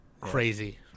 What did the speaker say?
Crazy